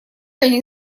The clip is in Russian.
они